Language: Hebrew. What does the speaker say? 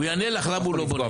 הוא יענה לך למה הוא לא בונה,